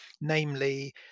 Namely